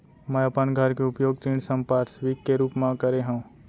मै अपन घर के उपयोग ऋण संपार्श्विक के रूप मा करे हव